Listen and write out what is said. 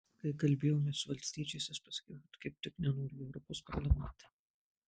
kai kalbėjome su valstiečiais aš pasakiau kad kaip tik nenoriu į europos parlamentą